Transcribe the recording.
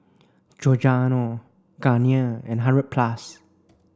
Giordano Garnier and hundred plus